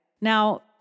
Now